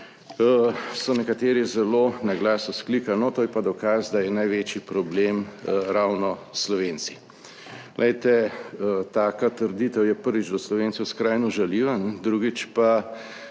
so nekateri zelo na glas vzklikali: »No, to je pa dokaz, da je največji problem ravno Slovenci.« Glejte, taka trditev je, prvič, do Slovencev skrajno žaljiva. Drugič, pa